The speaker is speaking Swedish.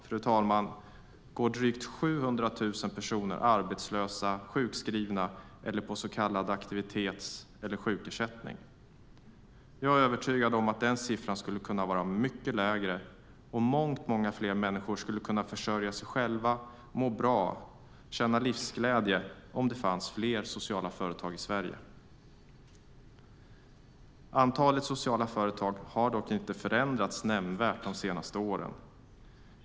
Fru talman! I dag går drygt 700 000 personer arbetslösa, sjukskrivna eller på så kallad aktivitets eller sjukersättning. Jag är övertygad om att den siffran skulle kunna vara mycket lägre och mångt många fler människor skulle kunna försörja sig själva, må bra och känna livsglädje om det fanns fler sociala företag i Sverige. Antalet sociala företag har dock inte förändrats nämnvärt de senaste åren.